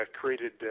created